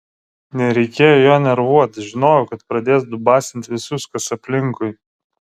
nereikėjo jo nervuot žinojau kad pradės dubasint visus kas aplinkui